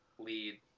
lead